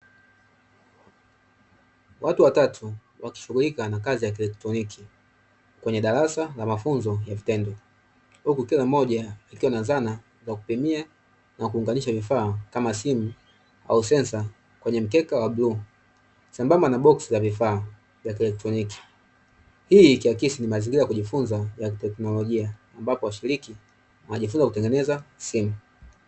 Watu watatu wakishughulika na kazi ya kielektroniki, kwenye darasa la mafunzo ya vitendo, huku kila mmoja akiwa na zana za kupimia na kuunganisha vifaa, kama simu au sensa kwenye mkeka wa bluu, sambamba na boksi la vifaa vya kielektroniki. Hii ikiakisi mazingira ya kujifunza ya kiteknolojia, ambapo washiriki wakijifunza kutengeneza simu.